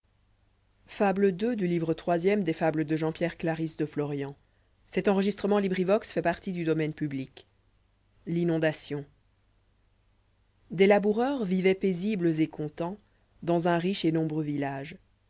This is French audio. l'inondation jjes laboureurs vivoient paisibles et contents i dans un riche et nombreux village